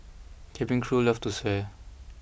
cabin crew love to swear